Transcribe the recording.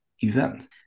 event